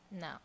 No